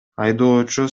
айдоочу